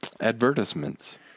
advertisements